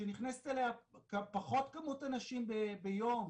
שנכנסת אליה פחות כמות אנשים ביום